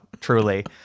Truly